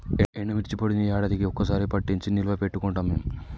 ఎండుమిర్చి పొడిని యాడాదికీ ఒక్క సారె పట్టించి నిల్వ పెట్టుకుంటాం మేము